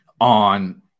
on